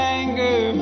anger